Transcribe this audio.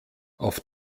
auf